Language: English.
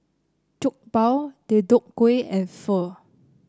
Jokbal Deodeok Gui and Pho